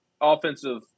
offensive